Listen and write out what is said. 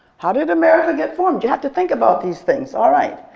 how did america get formed? you have to think about these things, alright.